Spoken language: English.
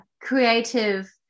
creative